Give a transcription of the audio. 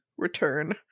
return